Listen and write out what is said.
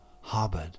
harbored